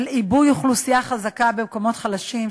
של עיבוי אוכלוסייה חזקה במקומות חלשים,